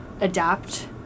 adapt